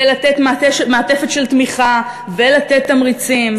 ולתת מעטפת של תמיכה ולתת תמריצים,